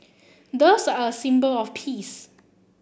doves are a symbol of peace